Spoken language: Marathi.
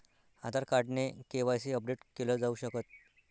आधार कार्ड ने के.वाय.सी अपडेट केल जाऊ शकत